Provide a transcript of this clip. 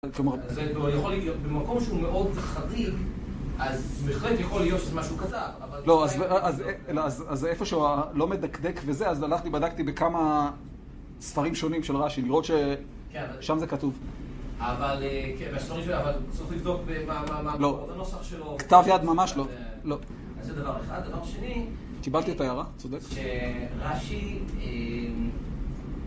במקום שהוא מאוד חריג, אז בהחלט יכול להיות שזה משהו קטן. לא, אז, אז איפה שהוא לא מדקדק וזה, אז הלכתי, בדקתי בכמה ספרים שונים של רש"י, לראות ששם זה כתוב. אבל, כן, אבל צריך לבדוק מה הנוסח שלו. לא, כתב יד, ממש לא. זה דבר אחד. דבר שני... קיבלתי את ההערה, צודק. שרש"י...